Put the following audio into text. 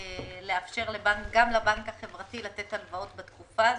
לאפשר גם לבנק החברתי לתת הלוואות בתקופה הזו.